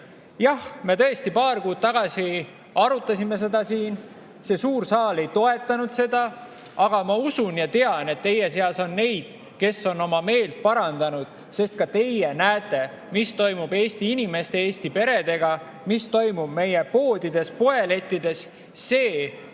Jah, me tõesti paar kuud tagasi arutasime seda siin, suur saal ei toetanud seda, aga ma usun ja tean, et teie seas on neid, kes on oma meelt parandanud, sest ka teie näete, mis toimub Eesti inimeste ja Eesti peredega, mis toimub meie poodides, poelettidel. See, kui toidukorv